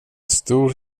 stor